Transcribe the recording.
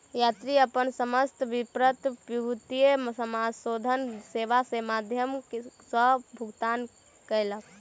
यात्री अपन समस्त विपत्र विद्युतीय समाशोधन सेवा के माध्यम सॅ भुगतान कयलक